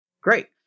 Great